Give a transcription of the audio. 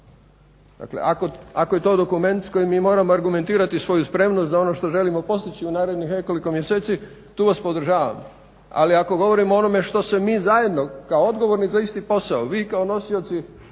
Dakle ako je to dokument s kojim mi moramo argumentirati svoju spremnost za ono što želimo postići u narednih nekoliko mjeseci tu vas podržavam, ali ako govorim o onome što se mi zajedno kao odgovorni za isti posao, vi kao nosioci